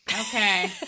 Okay